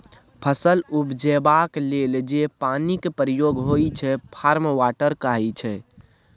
फसल उपजेबाक लेल जे पानिक प्रयोग होइ छै फार्म वाटर कहाइ छै